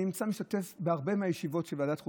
אני משתתף בהרבה מהישיבות של ועדת חוקה,